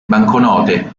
banconote